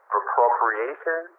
appropriation